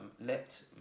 let